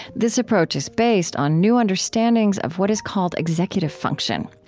this approach is based on new understandings of what is called executive function.